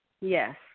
Yes